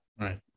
right